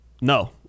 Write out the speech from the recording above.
No